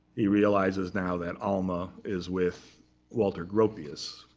he realizes now that alma is with walter gropius.